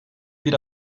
bir